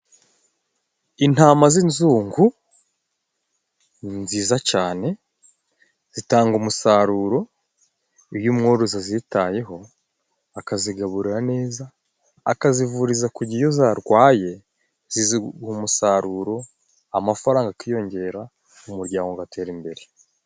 Intama z' inzungu ni nziza cane zitanga umusaruro iyo umworozi azitayeho akazigaburira neza akazivuriza ku gihe iyo zarwaye, ziguha umusaruro amafaranga akiyongera mu muryango ugatera imbere.